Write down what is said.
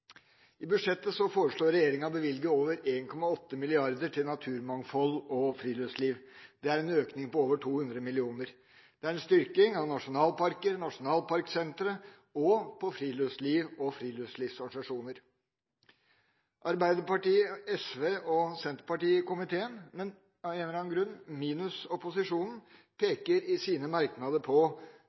I budsjettet foreslår regjeringa å bevilge over 1,8 mrd. kr til naturmangfold og friluftsliv. Det er en økning på over 200 mill. kr. Det er en styrking av nasjonalparker og nasjonalparksentre og av friluftsliv og friluftslivsorganisasjoner. Komiteens medlemmer fra Arbeiderpartiet, SV og Senterpartiet, men av en eller annen grunn ikke opposisjonens, peker i sine merknader på